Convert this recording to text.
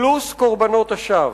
פלוס קורבנות השווא.